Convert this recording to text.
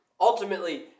ultimately